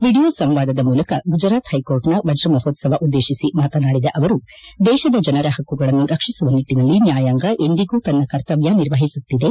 video ಸಂವಾದದ ಮೂಲಕ ಗುಜರಾತ್ ಹೈಕೋರ್ಟ್ನ ವಜ್ರ ಮಹೋತ್ಸವವನ್ನು ಉದ್ದೇಶಿಸಿ ಮಾತನಾಡಿದ ಅವರು ದೇಶದ ಜನರ ಪಕ್ಕುಗಳನ್ನು ರಕ್ಷಿಸುವ ನಿಟ್ಟನಲ್ಲಿ ನ್ಕಾಯಾಂಗ ಎಂದಿಗೂ ತನ್ನ ಕರ್ತವ್ಯ ನಿರ್ವಹಿಸುತ್ತಿದೆ